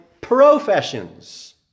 professions